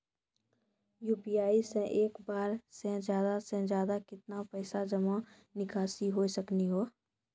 UPI से एक बार मे ज्यादा से ज्यादा केतना पैसा जमा निकासी हो सकनी हो?